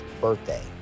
birthday